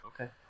okay